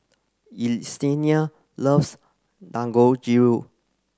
Yesenia loves Dangojiru